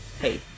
Hey